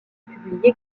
publiés